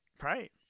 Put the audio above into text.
Right